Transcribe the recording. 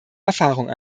erfahrung